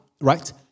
right